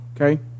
okay